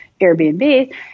Airbnb